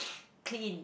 clean